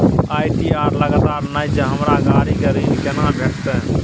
ITR लगातार नय छै हमरा गाड़ी के ऋण केना भेटतै?